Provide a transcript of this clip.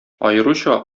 аеруча